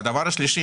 והדבר השלישי,